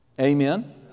Amen